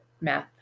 math